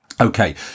Okay